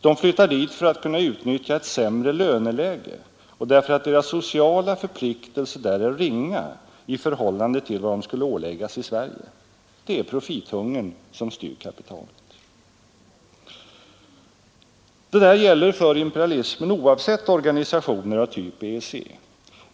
De flyttar dit för att kunna utnyttja ett sämre löneläge och därför att deras sociala förpliktelser där är ringa i förhållande till vad de skulle åläggas i Sverige. Profithungern styr kapitalet. Detta gäller för imperialismen oavsett organisationer av typ EEC.